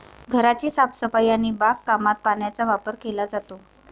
घराची साफसफाई आणि बागकामात पाण्याचा वापर केला जातो